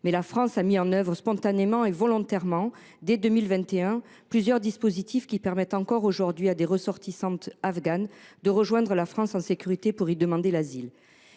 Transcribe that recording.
la France a mis en œuvre spontanément et volontairement, dès 2021, plusieurs dispositifs qui permettent, aujourd’hui encore, à des ressortissantes afghanes de rejoindre notre pays en toute sécurité pour y demander l’asile.